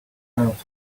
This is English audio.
out